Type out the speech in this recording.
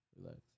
relax